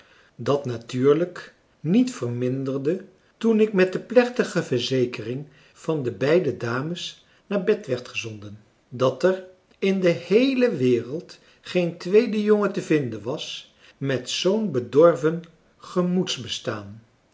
en kennissen niet verminderde toen ik met de plechtige verzekering van de beide dames naar bed werd gezonden dat er in de heele wereld geen tweede jongen te vinden was met zoo'n bedorven